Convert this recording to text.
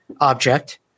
object